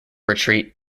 retreat